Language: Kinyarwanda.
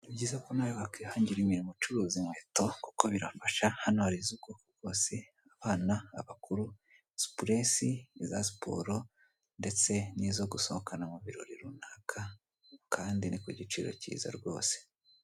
Ni byiza ko nawe wakwihangira imirimo ucuruza inkweto kuko birafasha, hano hari isoko rwose, abana, abakuru, sipurese, iza siporo ndetse n'izo gusohokana mu birori runaka kandi ni ku giciro kiza rwose.